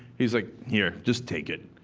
he's like, here, just take it.